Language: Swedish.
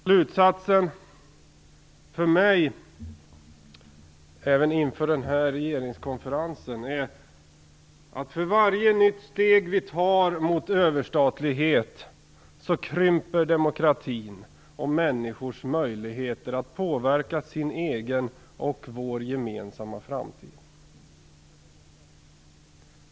Slutsatsen för mig, även inför regeringskonferensen, är att för varje nytt steg vi tar mot överstatlighet krymper demokratin och människors möjligheter att påverka sin egen och vår gemensamma framtid.